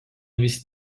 vis